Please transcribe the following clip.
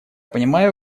понимаю